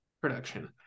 production